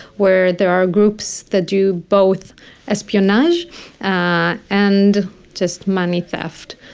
where there are groups that do both espionage ah and just money theft